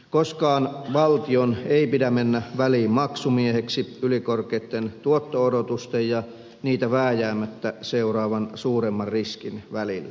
koskaan valtion ei pidä mennä väliin maksumieheksi ylikorkeitten tuotto odotusten ja niitä vääjäämättä seuraavan suuremman riskin välille